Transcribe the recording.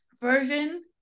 version